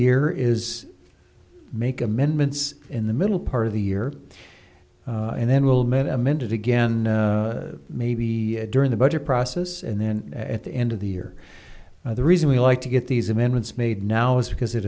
year is make amendments in the middle part of the year and then wilmet amended again maybe during the budget process and then at the end of the year the reason we like to get these amendments made now is because it